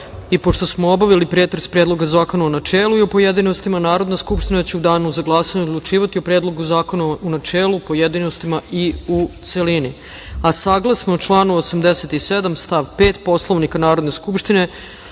smo obavili pretres Predloga zakona u načelu i u pojedinostima, Narodna skupština će u danu za glasanje odlučivati o Predlogu zakona u načelu, pojedinostima i u celini. Saglasno članu 87. stav 5. Poslovnika Narodne skupštine,